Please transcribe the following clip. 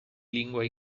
lingua